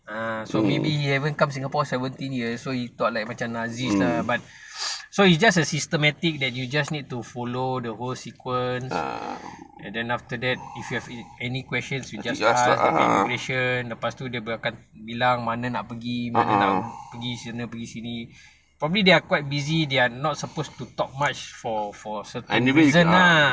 ah so maybe haven't come singapore seventeen years so he thought like macam nazi lah but so it's just a systematic that you just need to follow the whole sequence and then after that if you have any questions you just ask information lepas tu dia akan bilang mana nak pergi mana nak pergi sana pergi sini probably they are quite busy they are not suppose to talk much for for certain reason ah